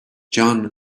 john